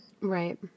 Right